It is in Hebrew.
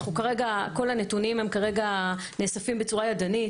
כרגע כל הנתונים נאספים בצורה ידנית.